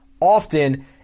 often